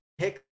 Hicks